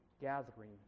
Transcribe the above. gathering